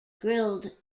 grilled